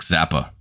Zappa